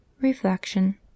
Reflection